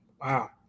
Wow